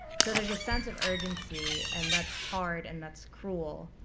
so there's a sense of urgency. and that's hard and that's cruel.